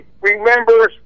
remembers